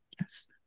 Yes